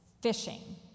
fishing